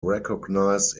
recognized